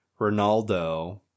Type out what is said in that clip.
Ronaldo